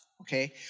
okay